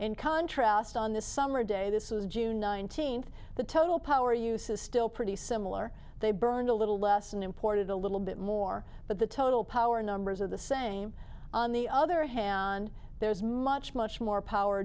in contrast on this summer day this was june nineteenth the total power use is still pretty similar they burned a little less than imported a little bit more but the total power numbers are the same on the other hand there's much much more power